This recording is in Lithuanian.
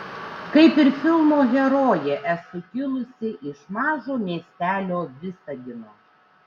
kaip ir filmo herojė esu kilusi iš mažo miestelio visagino